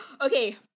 Okay